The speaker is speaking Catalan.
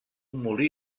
molí